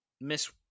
miss